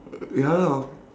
ya lah